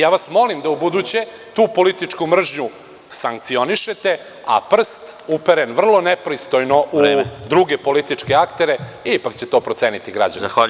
Ja vas molim da ubuduće tu političku mržnju sankcionišete, a prst uperen vrlo nepristojno u druge političke aktere, ipak će to proceniti građani Srbije.